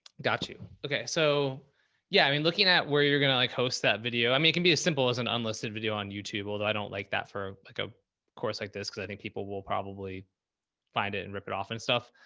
gotcha. okay. so yeah, i mean, looking at where you're going to like host that video. i mean, it can be as simple as an unlisted video on youtube. although i don't like that for like a course like this, because i think people will probably find it and rip it off and stuff.